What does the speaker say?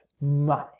Money